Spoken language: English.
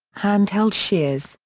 hand held shears,